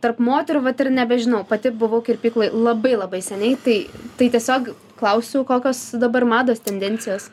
tarp moterų vat ir nebežinau pati buvau kirpykloj labai labai seniai tai tai tiesiog klausiu kokios dabar mados tendencijos